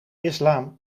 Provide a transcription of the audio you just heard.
islam